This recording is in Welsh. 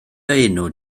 enw